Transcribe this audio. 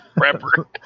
rapper